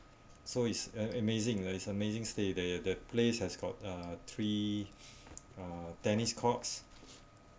so it's a amazing lah it's amazing stay that the place has got uh three uh tennis courts